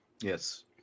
Yes